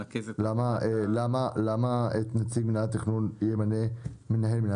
למה את נציג מינהל התכנון ימנה מנהל מינהל